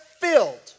filled